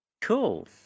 Cool